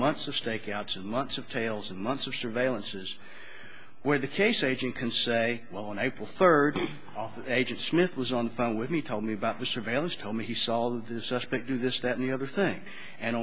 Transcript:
months of stakeouts of months of tales and months of surveillances where the case agent can say well on april third off agent smith was on the phone with me told me about the surveillance told me he solved this suspect do this that the other thing and